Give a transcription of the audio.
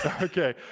Okay